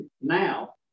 now